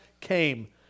came